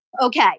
okay